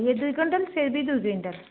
ଇଏ ଦୁଇ କୁଇଣ୍ଟାଲ ସିଏ ବି ଦୁଇ କୁଇଣ୍ଟାଲ